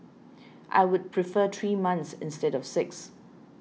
I would prefer three months instead of six